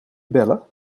bellen